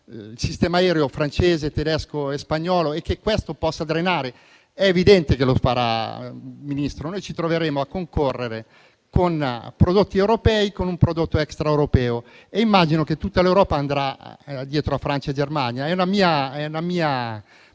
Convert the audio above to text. il sistema aereo francese, tedesco e spagnolo e che questo possa drenare risorse. È evidente che lo farà, signor Ministro: noi ci troveremo a far concorrere prodotti europei con un prodotto extraeuropeo e immagino che tutta l'Europa andrà dietro a Francia e Germania. È una mia